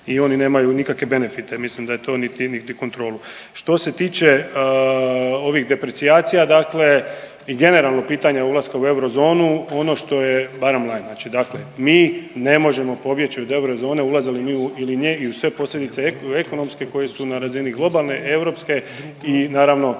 i oni nemaju nikakve benefite, mislim da je to, niti, niti kontrolu. Što se tiče ovih deprecijacija dakle i generalno pitanje ulaska u eurozonu, ono što je, barem …/Govornik se ne razumije/…dakle mi ne možemo pobjeći od eurozone ulazili mi ili ne i u sve posljedice ekonomske koje su na razini globalne europske i naravno